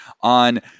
on